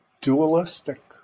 dualistic